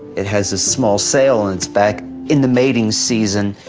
it has a small scale and it's back in the mating season.